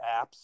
apps